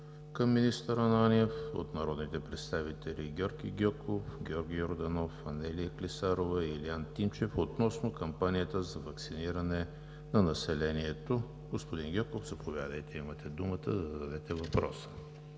към министър Ананиев от народните представители Георги Гьоков, Георги Йорданов, Анелия Клисарова и Илиян Тимчев относно кампанията за ваксиниране на населението. Господин Гьоков, заповядайте. ГЕОРГИ ГЬОКОВ (БСП за